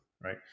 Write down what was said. right